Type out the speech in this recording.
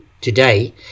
today